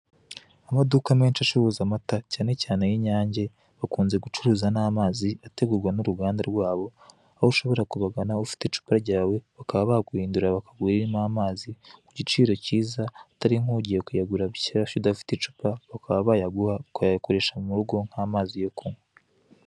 Amaduka acuruza amata menshi acuruza amatara cyane cyane y'inyange bakunze gucuruza n'amazi ategurwa n uruganda rwabo, aho ushobora kubagana ufite icupa ryawe bakaba baguhindurira bakaguha iririmo amazi ku giciro cyiza, atari nk'ugiye kuyagura bushyashya udafite icupa, bakaba bayaguha ukayakoresha mu rugo nk'amazi yo kunywa.